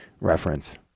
reference